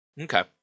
Okay